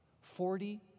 Forty